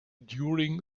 during